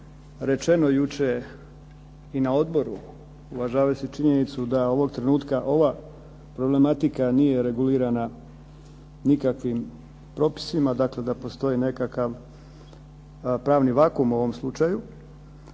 rečeno jučer i na odboru, uvažavajući činjenicu da ovog trenutka ova problematika nije regulirana nikakvim propisima, dakle da postoji nekakav pravni vakuum u ovom slučaju,